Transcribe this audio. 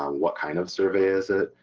um what kind of survey is it,